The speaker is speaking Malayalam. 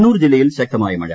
കണ്ണൂർ ജില്ലയിൽ ശക്തമായ മഴ